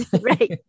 right